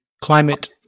climate